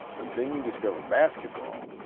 but then you discover basketball.